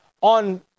On